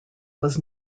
was